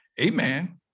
amen